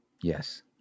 Yes